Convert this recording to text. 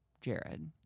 Jared